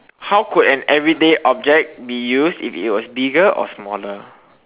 how could an everyday object be used if it was bigger or smaller